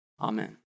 Amen